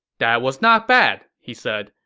that was not bad, he said,